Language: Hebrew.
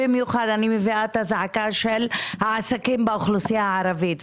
אני במיוחד מביאה את הזעקה של העסקים באוכלוסייה הערבית.